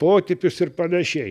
potipius ir panašiai